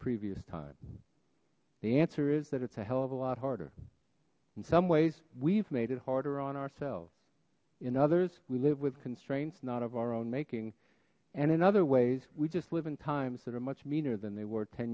previous time the answer is that it's a hell of a lot harder in some ways we've made it harder on ourselves in others we live with constraints not of our own making and in other ways we just live in times that are much meaner than they were ten